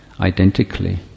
identically